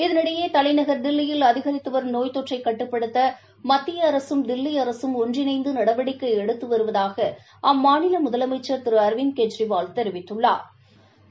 இதற்கிடையே தலைநகாம் திலம்லியிலம் அதிகாபித்து வரும் நோய் தொ ற்றை கட்டுப்படுத்த மத்திய அரசும் தில்லி அரசு மற்று ஒன்றிணைந்து நடவடிக்கை எடும்தது வருவதாக அம்மாநில முதலமைச்சான் திரு அரவிந்த் கெஜ்ாிவால் தொ ிவித்துள்ளாா்